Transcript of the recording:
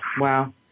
Wow